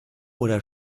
oder